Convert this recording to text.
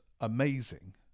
amazing